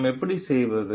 நாம் எப்படி செய்வது